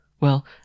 Well